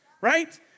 Right